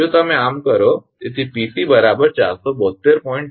જો તમે આમ કરો તેથી 𝑃𝑐 472